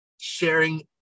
sharing